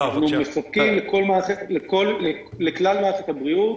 אנחנו מספקים לכלל מערכת הבריאות